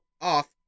off